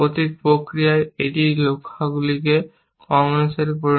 প্রক্রিয়ায় এটি লক্ষ্যগুলিকে ক্রমানুসারে পরিণত করে